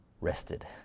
rested